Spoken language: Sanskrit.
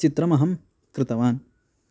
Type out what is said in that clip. चित्रमहं कृतवान्